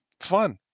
fun